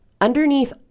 Underneath